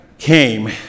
came